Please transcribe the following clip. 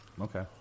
Okay